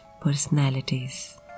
personalities